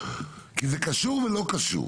כי זה קשור ולא קשור.